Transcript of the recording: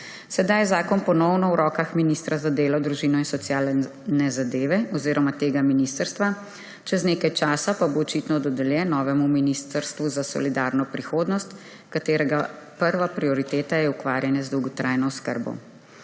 Sedaj je zakon ponovno v rokah ministra za delo, družino in socialne zadeve oziroma tega ministrstva, čez nekaj časa pa bo očitno dodeljen novemu ministrstvu za solidarno prihodnost, katerega prva prioriteta je ukvarjanje z dolgotrajno oskrbo.